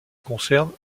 concerne